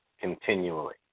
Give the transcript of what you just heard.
continually